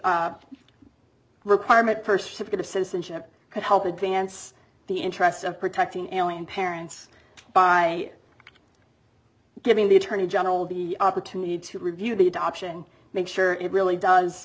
requirement first step to citizenship could help advance the interests of protecting alien parents by giving the attorney general the opportunity to review the adoption make sure it really does